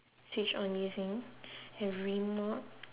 switch on using a remote